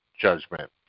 judgment